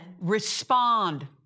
Respond